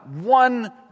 one